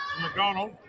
McDonald